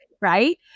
right